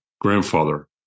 grandfather